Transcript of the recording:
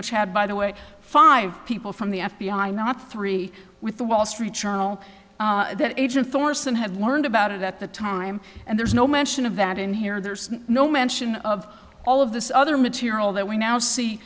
which had by the way five people from the f b i not three with the wall street journal that agent thorson have learned about it at the time and there's no mention of that in here there's no mention of all of this other material that we now see